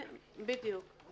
בדיוק.